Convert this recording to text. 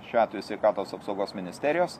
šiuo atveju sveikatos apsaugos ministerijos